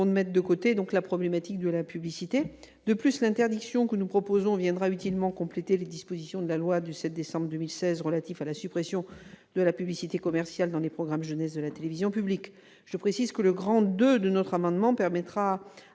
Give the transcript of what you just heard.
mettre de côté la problématique de la publicité. En outre, l'interdiction que nous proposons complétera utilement les dispositions de la loi du 20 décembre 2016 relative à la suppression de la publicité commerciale dans les programmes jeunesse de la télévision publique. Je précise que le II de notre amendement permettra,